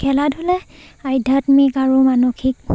খেলা ধূলাই আধ্যাত্মিক আৰু মানসিক